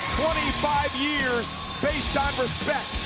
five years based on respect,